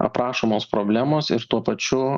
aprašomos problemos ir tuo pačiu